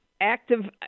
active